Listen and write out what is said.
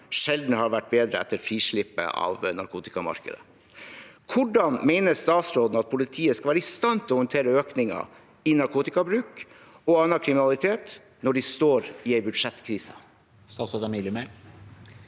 sjelden har vært bedre, etter frislippet av narkotikamarkedet. Hvordan mener statsråden at politiet skal være i stand til å håndtere økningen i narkotikabruk og annen kriminalitet når de står i en budsjettkrise?